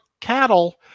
cattle